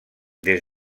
des